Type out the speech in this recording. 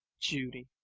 judy